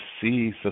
see